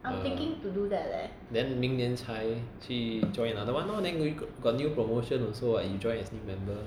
uh then 明年才去 join another one lor then don't need to got new promotion also what you join as new member